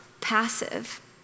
passive